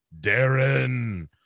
Darren